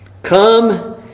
Come